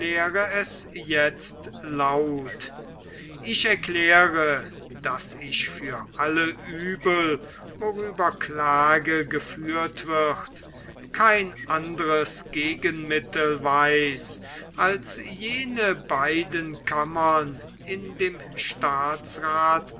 jetzt laut ich erkläre daß ich für alle uebel worüber klage geführt wird kein anderes gegenmittel weiß als jene beiden kammern in dem staatsrath